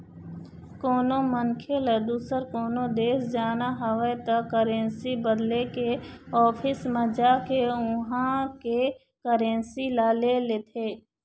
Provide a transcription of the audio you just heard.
कोनो मनखे ल दुसर कोनो देश जाना हवय त करेंसी बदले के ऑफिस म जाके उहाँ के करेंसी ल ले लेथे